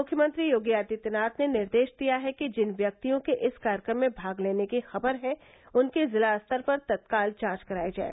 मुख्यमंत्री योगी आदित्यनाथ ने निर्देश दिया है कि जिन व्यक्तियों के इस कार्यक्रम में भाग लेने की खबर है उनकी जिला स्तर पर तत्काल जांच करायी जाए